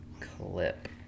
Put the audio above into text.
clip